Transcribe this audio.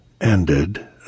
ended